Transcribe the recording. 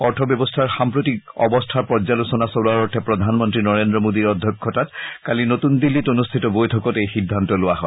অৰ্থ ব্যৱস্থাৰ সাম্প্ৰতিক অৱস্থাৰ পৰ্যালোচনা চলোৱাৰ অৰ্থে প্ৰধানমন্ত্ৰী নৰেন্দ্ৰ মোডীৰ অধ্যক্ষতাত কালি নতূন দিল্লীত অনুষ্ঠিত বৈঠকত এই সিদ্ধান্ত লোৱা হয়